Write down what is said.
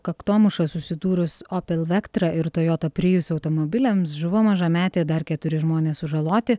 kaktomuša susidūrus opel vektra ir toyota prius automobiliams žuvo mažametė dar keturi žmonės sužaloti